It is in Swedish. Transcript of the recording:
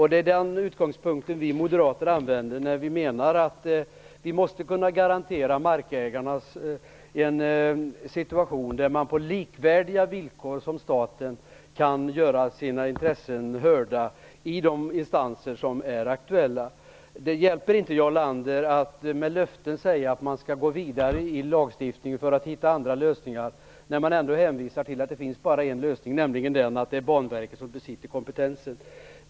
Det är den utgångspunkten som vi moderater har när vi menar att man måste kunna garantera markägarna en situation där dessa på villkor som är likvärdiga med statens kan göra sina intressen hörda i de instanser som är aktuella. Det hjälper inte, Jarl Lander, att lova att man skall gå vidare för att hitta andra lösningar i lagstiftningen, när man samtidigt hänvisar till att det finns bara en lösning, en lösning som bygger på att det är Banverket som besitter kompetensen.